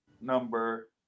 number